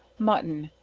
mutton,